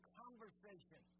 conversation